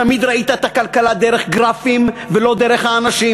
תמיד ראית את הכלכלה דרך גרפים ולא דרך האנשים.